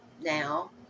now